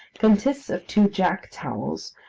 consists of two jack-towels,